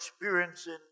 experiencing